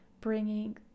bringing